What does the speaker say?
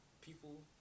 people